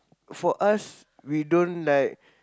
for us we don't like